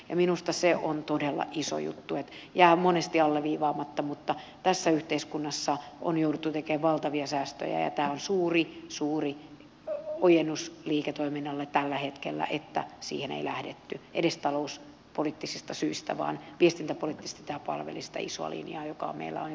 ja minusta se on todella iso juttu ja suuri suuri ojennus liiketoiminnalle tällä hetkellä että jää monesti alleviivaamatta tässä yhteiskunnassa on jouduttu tekemään valtavia säästöjä että suuri suuri ojennus liiketoiminnalle tällä hetkellä mutta siihen ei lähdetty edes talouspoliittisista syistä vaan viestintäpoliittisesti tämä palveli sitä isoa linjaa joka meillä on jo aikaisemmin valittu